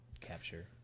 capture